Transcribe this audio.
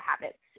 habits